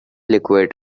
liquid